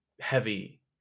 heavy